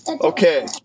Okay